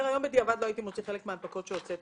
אומר: "היום בדיעבד לא הייתי מוציא חלק מההנפקות שהוצאתי,